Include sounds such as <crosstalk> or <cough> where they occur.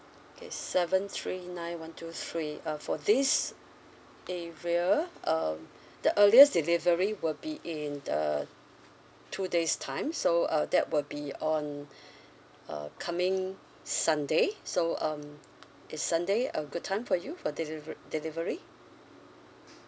K seven three nine one two three uh for this area um the earliest delivery will be in the two days time so uh that will be on <breath> uh coming sunday so um is sunday a good time for you for deliver delivery